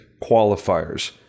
qualifiers